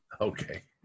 Okay